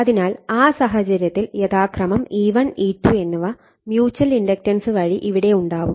അതിനാൽ ആ സാഹചര്യത്തിൽ യഥാക്രമം E1 E2 എന്നിവ മ്യുച്ചൽ ഇണ്ടക്ടൻസ് വഴി ഇവിടെ ഉണ്ടാവും